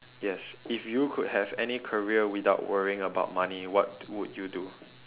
yes if you could have any career without worrying about money what would you do